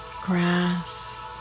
grass